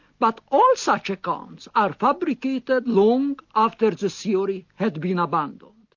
but all such accounts are fabricated long after the theory had been abandoned.